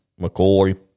McCoy